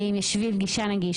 האם יש שביל גישה נגיש?